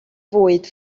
fwyd